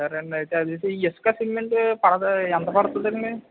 సరే అండి అయితే అదొచ్చేసి ఇసుక వంటివంటే పడతాయి ఎంత పడతుందండి